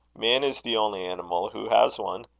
man is the only animal who has one.